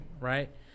right